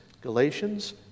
Galatians